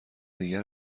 دیگر